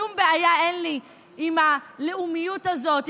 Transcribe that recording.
שום בעיה אין לי עם הלאומיות הזאת,